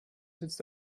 sitzt